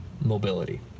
mobility